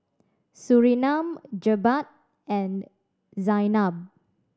Surinam Jebat and Zaynab